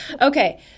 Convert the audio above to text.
Okay